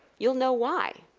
you'll know why.